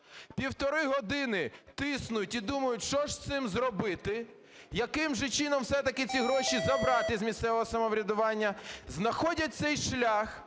Півтори години тиснуть і думають, що ж цим зробити, яким же чином все-таки ці гроші забрати з місцевого самоврядування, знаходять цей шлях